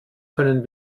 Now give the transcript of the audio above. können